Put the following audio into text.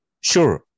Sure